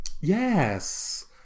Yes